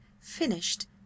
finished